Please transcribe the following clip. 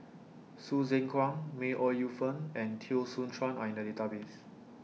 Hsu Tse Kwang May Ooi Yu Fen and Teo Soon Chuan Are in The Database